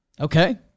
Okay